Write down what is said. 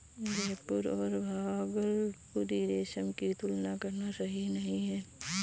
जयपुरी और भागलपुरी रेशम की तुलना करना सही नही है